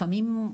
לפעמים,